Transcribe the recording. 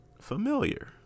familiar